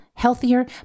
Healthier